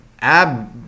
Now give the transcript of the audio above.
ab